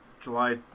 July